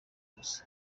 gusa